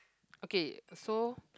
okay so